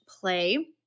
play